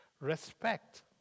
respect